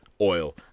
oil